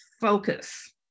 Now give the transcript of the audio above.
focus